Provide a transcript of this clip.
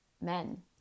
men